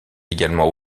également